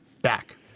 back